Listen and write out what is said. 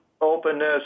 openness